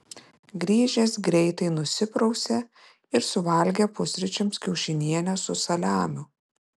grįžęs greitai nusiprausė ir suvalgė pusryčiams kiaušinienę su saliamiu